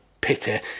pity